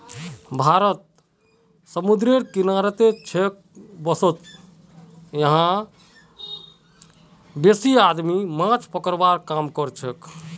भारत समूंदरेर किनारित छेक वैदसती यहां कार बेसी आबादी माछ पकड़वार काम करछेक